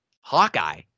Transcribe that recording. Hawkeye